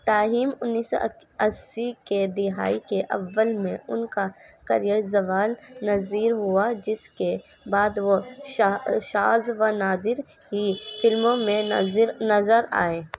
تاہم انیس سو اسی کے دہائی کے اول میں ان کا کریئر زوال نذیر ہوا جس کے بعد وہ شاذ و نادر ہی فلموں میں نظر آئے